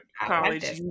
college